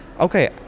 Okay